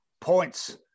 points